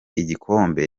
igikombe